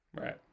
Right